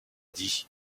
dit